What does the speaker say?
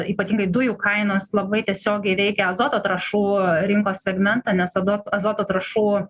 ypatingai dujų kainos labai tiesiogiai veikia azoto trąšų rinkos segmentą nes tada azoto trąšų